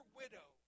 widow